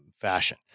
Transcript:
fashion